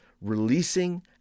releasing